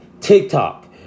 TikTok